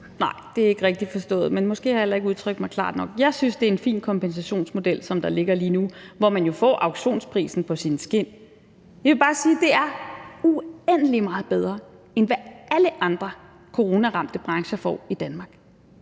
Nej, det er ikke rigtigt forstået, men måske har jeg heller ikke udtrykt mig klart nok. Jeg synes, det er en fin kompensationsmodel, der ligger lige nu, hvor man jo får auktionsprisen på sine skind. Jeg vil bare sige, at det er uendelig meget bedre, end hvad alle andre coronaramte brancher får i Danmark.